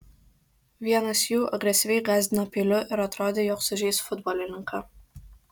vienas jų agresyviai gąsdino peiliu ir atrodė jog sužeis futbolininką